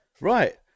Right